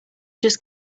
just